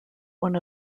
one